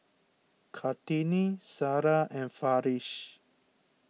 Kartini Sarah and Farish